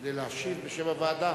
כדי להשיב בשם הוועדה?